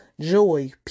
joy